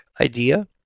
idea